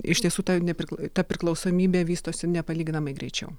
iš tiesų ta neprikl ta priklausomybė vystosi nepalyginamai greičiau